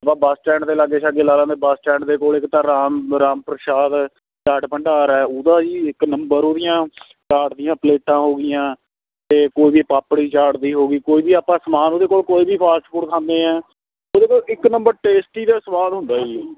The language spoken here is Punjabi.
ਬੱਸ ਸਟੈਂਡ ਦੇ ਲਾਗੇ ਸ਼ਾਗੇ ਲਾ ਲੈਂਦੇਬੱਸ ਸਟੈਂਡ ਦੇ ਕੋਲ ਇੱਕ ਤਾਂ ਰਾਮ ਰਾਮ ਪ੍ਰਸ਼ਾਦ ਚਾਟ ਭੰਡਾਰ ਹੈ ਉਹਦਾ ਜੀ ਇੱਕ ਨੰਬਰ ਉਹਦੀਆਂ ਚਾਟ ਦੀਆਂ ਪਲੇਟਾਂ ਹੋ ਗਈਆਂ ਅਤੇ ਇੱਕ ਉਹਦੀ ਪਾਪੜੀ ਚਾਟ ਵੀ ਹੋ ਗਈ ਕੋਈ ਵੀ ਆਪਾਂ ਸਮਾਨ ਉਹਦੇ ਕੋਈ ਵੀ ਫਾਸਟਫੂਡ ਖਾਂਦੇ ਹਾਂ ਸਿਰਫ਼ ਇੱਕ ਨੰਬਰ ਟੇਸਟੀ ਅਤੇ ਸਵਾਦ ਹੁੰਦਾ ਹੈ ਜੀ